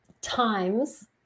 times